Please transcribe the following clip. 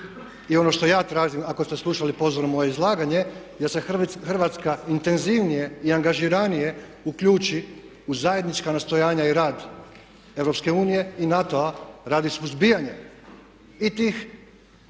I ono što ja tražim ako ste slušali pozorno moje izlaganje da se Hrvatska intenzivnije i angažiranije uključi u zajednička nastojanja i rad EU i NATO-a radi suzbijanja i tih